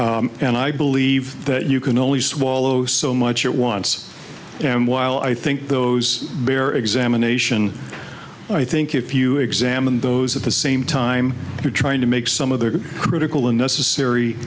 have and i believe that you can only swallow so much at once and while i think those bear examination i think if you examine those at the same time you're trying to make some of their critical and necessary